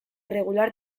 regular